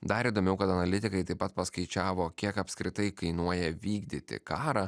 dar įdomiau kad analitikai taip pat paskaičiavo kiek apskritai kainuoja vykdyti karą